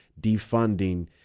defunding